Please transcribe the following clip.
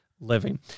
living